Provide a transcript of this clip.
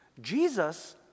Jesus